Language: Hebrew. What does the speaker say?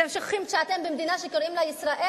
אתם שוכחים שאתם במדינה שקוראים לה ישראל,